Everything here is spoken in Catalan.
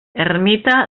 ermita